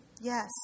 Yes